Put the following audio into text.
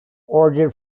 origin